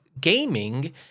gaming